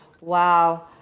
Wow